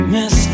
Miss